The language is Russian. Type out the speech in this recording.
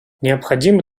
необходимы